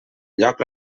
lloc